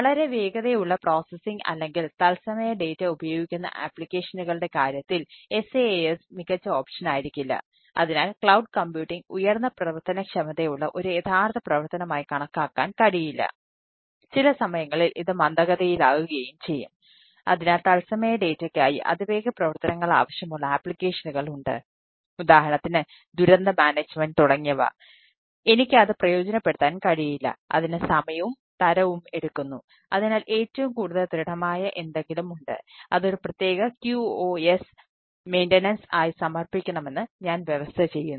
വളരെ വേഗതയുള്ള പ്രോസസ്സിംഗ് ആയി സമർപ്പിക്കണമെന്ന് ഞാൻ വ്യവസ്ഥ ചെയ്യുന്നു